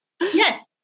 Yes